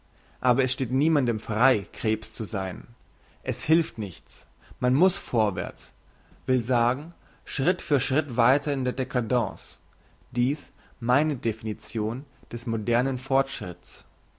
aber es steht niemandem frei krebs zu sein es hilft nichts man muss vorwärts will sagen schritt für schritt weiter in der dcadence dies meine definition des modernen